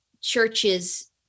churches